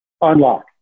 Unlock